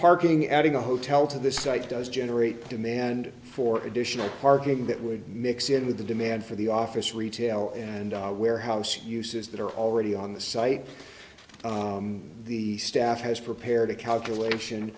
parking adding a hotel to this site does generate demand for additional parking that would mix in with the demand for the office retail and warehouse uses that are already on the site the staff has prepared a calculation